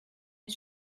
est